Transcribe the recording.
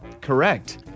Correct